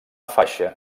faixa